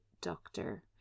doctor